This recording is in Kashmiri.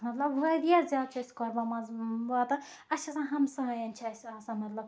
مطلب واریاہ زیادٕ چھُ اَسہِ قۄربان ماز واتان اَسہِ چھُ آسان ہَمساین چھُ اَسہِ آسان مطلب